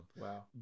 Wow